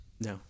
No